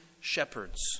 shepherds